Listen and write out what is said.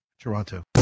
Toronto